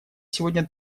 сегодня